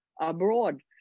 abroad